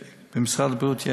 במשרד הבריאות יש.